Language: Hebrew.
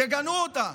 תגנו אותה,